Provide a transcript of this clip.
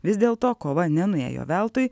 vis dėl to kova nenuėjo veltui